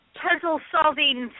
puzzle-solving